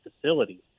facilities